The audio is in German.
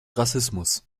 rassismus